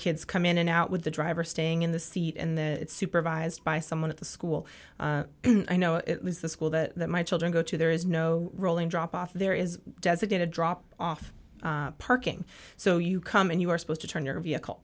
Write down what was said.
kids come in and out with the driver staying in the seat in the supervised by someone at the school i know it was the school that my children go to there is no rolling drop off there is designated drop off parking so you come and you are supposed to turn your vehicle